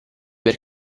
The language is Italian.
per